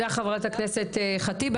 חברת הכנסת ח'טיב.